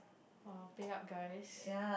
[wah] pay up guys